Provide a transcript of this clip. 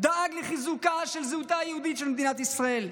הוא דאג לחיזוקה של זהותה היהודית של מדינת ישראל.